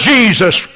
Jesus